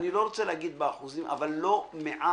אני לא רוצה להגיד באחוזים, אבל לא מעט